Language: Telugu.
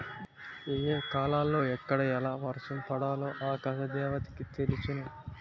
ఏ ఏ కాలాలలో ఎక్కడ ఎలా వర్షం పడాలో ఆకాశ దేవతకి తెలుసును